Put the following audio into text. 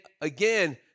again